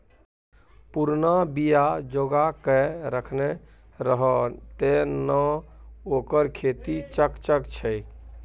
पुरना बीया जोगाकए रखने रहय तें न ओकर खेती चकचक छै